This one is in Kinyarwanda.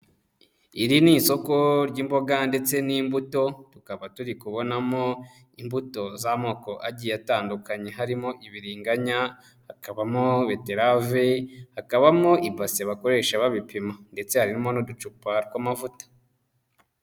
Iri ni isoko ry'imboga ndetse n'imbuto tukaba turi kubonamo imbuto z'amoko agiye atandukanye, harimo ibiringanya, hakabamo beterave, hakabamo ibase bakoresha babipima ndetse harimo n'uducupa tw'amavuta.